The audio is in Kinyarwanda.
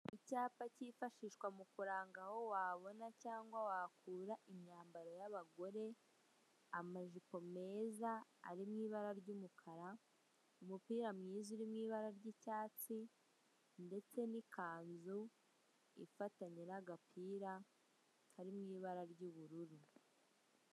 Icyapa kifashishwa mu kuranga aho wabona cyangwa aho wakura imyambaro y'abagore, amajipo meza ari mw'ibara ry'umukara. Umupira mwiza uri mw'ibara ry'icyatsi ndetse n'ikanzu ifatanye n'agapira kari mw'ibara ry'ubururu.